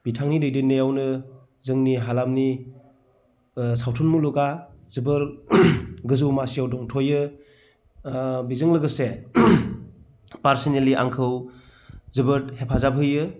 बिथांनि दैदेननायावनो जोंनि हालामनि सावथुन मुलुगा जोबोद गोजौ मासियाव दंथ'यो बेजों लोगोसे पार्सनेलि आंखौ जोबोद हेफाजाब होयो